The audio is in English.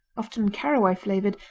often caraway-flavored,